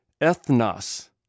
Ethnos